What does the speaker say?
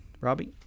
Robbie